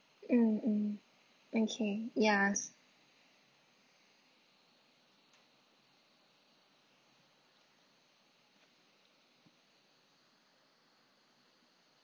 mm mm okay yes